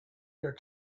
your